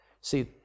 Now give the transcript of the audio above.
see